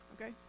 Okay